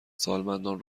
سالمندان